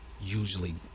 usually